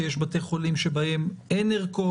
כי יש בתי חולים שבהם אין ערכות?